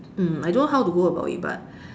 mm I don't know how to go about it but